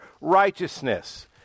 righteousness